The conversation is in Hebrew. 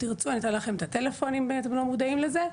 אם תרצו אני אתן לכם את הטלפון אם אתם לא מודעים לזה,